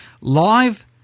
Live